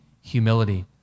humility